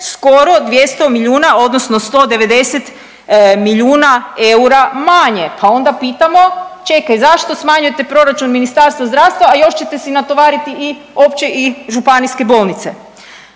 skoro 200 milijuna odnosno 190 milijuna eura manje, pa onda pitamo čekaj zašto smanjujete proračun Ministarstva zdravstva, a još ćete si natovariti i opće i županijske bolnice.